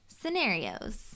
scenarios